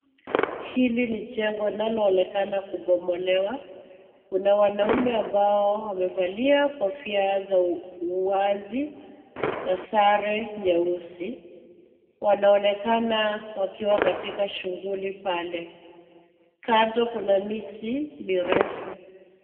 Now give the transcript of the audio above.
Hili ni jengo linaloonekana kubomolewa. Kuna wanaume ambao wamevalia kofia za uwazi na sare nyeusi. Wanaonekana wakiwa katika shughuli pale. Kando kuna miti mirefu.